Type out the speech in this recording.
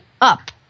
up